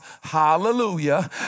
Hallelujah